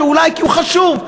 שאולי הוא חשוב.